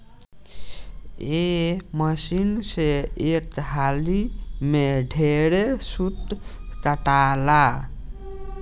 ए machine से एक हाली में ढेरे सूत काताला